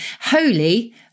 holy